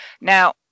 Now